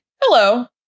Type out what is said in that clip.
hello